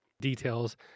details